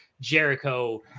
Jericho